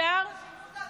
שינו את ההצעה,